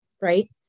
right